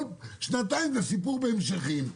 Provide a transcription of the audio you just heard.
כל שנתיים זה סיפור בהמשכים,